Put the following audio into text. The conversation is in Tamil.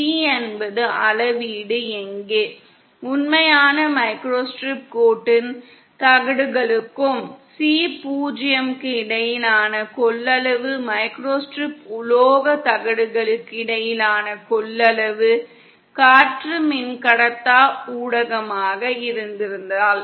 C என்பது அளவீடு எங்கே உண்மையான மைக்ரோஸ்ட்ரிப் கோட்டின் தகடுகளுக்கும் C 0 க்கும் இடையிலான கொள்ளளவு மைக்ரோஸ்ட்ரிப் உலோக தகடுகளுக்கு இடையிலான கொள்ளளவு காற்று மின்கடத்தா ஊடகமாக இருந்திருந்தால்